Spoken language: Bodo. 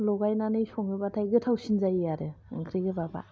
लगायनानै सङोबाथाय गोथावसिन जायो आरो ओंख्रि गोबाबा